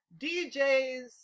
DJs